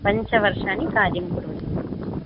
पञ्चवर्षाणि कार्यं कुर्वति अस्ति